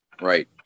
Right